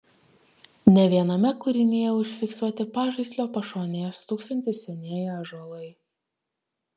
ne viename kūrinyje užfiksuoti pažaislio pašonėje stūksantys senieji ąžuolai